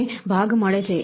તમને ભાગ મળે છે